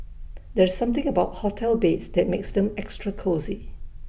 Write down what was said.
there's something about hotel beds that makes them extra cosy